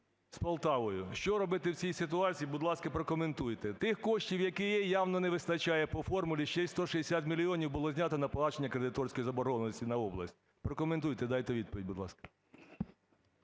з Полтавою. Що робити в цій ситуації, будь ласка, прокоментуйте. Тих коштів, які є, явно не вистачає, по формулі ще і 160 мільйонів було знято на погашення кредиторської заборгованості на область. Прокоментуйте, дайте відповідь, будь ласка.